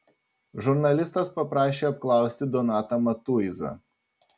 žurnalistas paprašė apklausti donatą matuizą